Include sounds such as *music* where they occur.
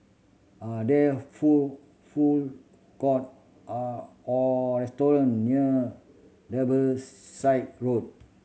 are there food food court are or restaurant near *unintelligible* Road